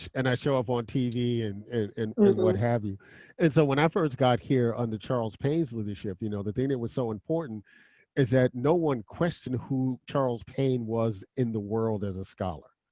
and i show up on tv and and what have you. and so when i first got here under charles payne's leadership, you know the thing that was so important is that no one questioned who charles payne was in the world as a scholar.